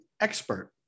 expert